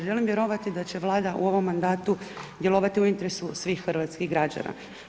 Želim vjerovati da će Vlada u ovom mandatu djelovati u interesu svih hrvatskih građana.